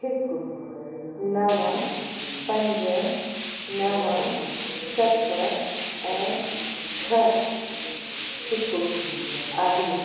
हिकु नव पंज नव सत ऐं छह हिकु आहे